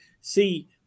See